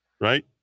Right